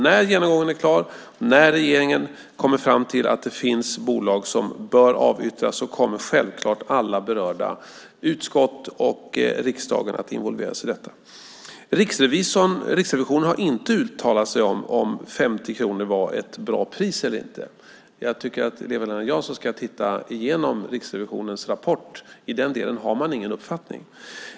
När genomgången är klar och regeringen kommer fram till att det finns bolag som bör avyttras kommer självklart alla berörda utskott och riksdagen att involveras i detta. Riksrevisionen har inte uttalat sig om ifall 50 kronor var ett bra pris eller inte. Jag tycker att Eva-Lena Jansson ska titta igenom Riksrevisionens rapport. I den delen har man ingen uppfattning.